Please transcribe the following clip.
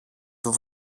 του